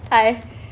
hi